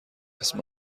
اسم